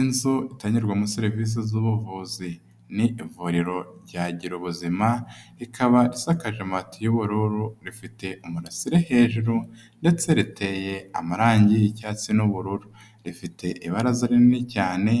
Inzu itangirwamo serivisi z'ubuvuzi, ni ivuriro rya gira ubuzima, rikaba risakaje amati y'ubururu, rifite umurasire hejuru ndetse riteye amarangi y'icyatsi n'ubururu, rifite ibaraza rinini cyane,